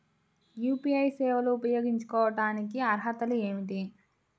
UPI సేవలు ఉపయోగించుకోటానికి అర్హతలు ఏమిటీ?